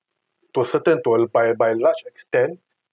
to a certain to a by by large extent